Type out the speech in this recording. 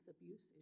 abuse